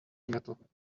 metal